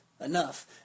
enough